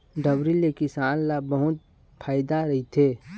डबरी ले किसान ल बहुत फायदा रहिथे